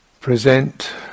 present